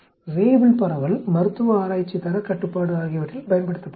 Weibull பரவல் மருத்துவ ஆராய்ச்சி தரக் கட்டுப்பாடு ஆகியவற்றில் பயன்படுத்தப்பட்டது